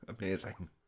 amazing